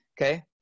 okay